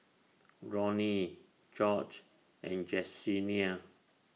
Ronny George and Jessenia